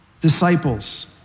disciples